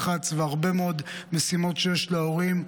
לחץ והרבה מאוד משימות שיש להורים,